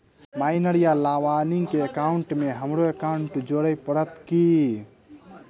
Minor वा नबालिग केँ एकाउंटमे हमरो एकाउन्ट जोड़य पड़त की?